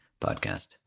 podcast